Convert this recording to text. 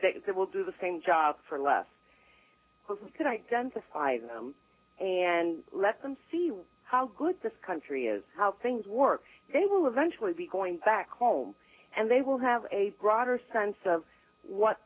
pick that will do the same job for less who can identify them and let them see how good this country is how things work they will eventually be going back home and they will have a broader sense of what